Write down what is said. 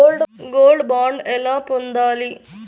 Gold bond ఎలా పొందాలి?